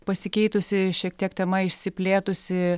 pasikeitusi šiek tiek tema išsiplėtusi